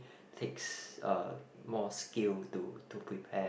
takes uh more skill to to prepare